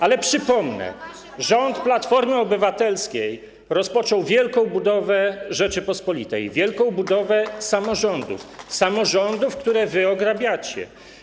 Ale przypomnę, że rząd Platformy Obywatelskiej rozpoczął wielką budowę Rzeczypospolitej, wielką budowę samorządów, samorządów, które wy ograbiacie.